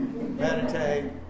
meditate